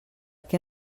què